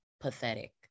Pathetic